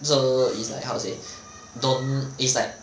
so it's like how to say don't it's like